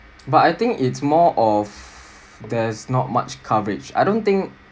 but I think it's more of there's not much coverage I don't think